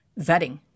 vetting